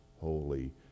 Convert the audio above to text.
holy